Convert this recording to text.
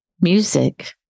music